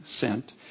sent